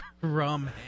Rum